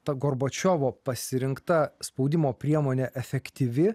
ta gorbačiovo pasirinkta spaudimo priemonė efektyvi